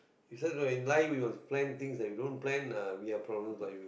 it's just where in life we must plans thing that we don't plan uh we have problems like you